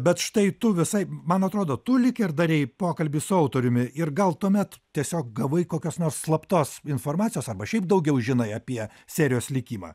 bet štai tu visai man atrodo tu lyg ir darei pokalbį su autoriumi ir gal tuomet tiesiog gavai kokios nors slaptos informacijos arba šiaip daugiau žinai apie serijos likimą